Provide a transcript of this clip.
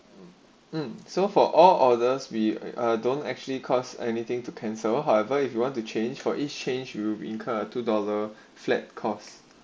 mm so for all orders we don't actually cause anything to cancel however if you want to change for each change room incur two dollar flat cost